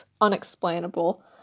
unexplainable